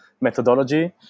methodology